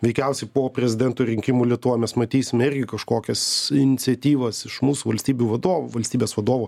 veikiausiai po prezidento rinkimų lietuvoj mes matysime irgi kažkokias iniciatyvas iš mūsų valstybių vadovų valstybės vadovų